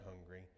hungry